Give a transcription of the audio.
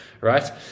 right